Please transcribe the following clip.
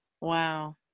Wow